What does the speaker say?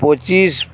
ᱯᱚᱸᱪᱤᱥ